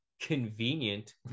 convenient